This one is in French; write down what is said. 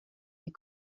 les